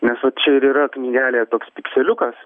nes va čia ir yra knygelėje toks pikseliukas